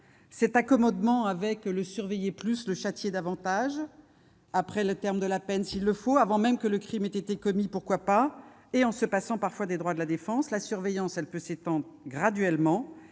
cet accommodement avec le « surveiller plus » et le « châtier davantage », après le terme de la peine s'il le faut, pourquoi pas avant même que le crime ne soit commis et en se passant parfois des droits de la défense. La surveillance peut s'étendre graduellement,